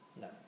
No